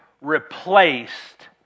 replaced